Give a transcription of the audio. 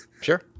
Sure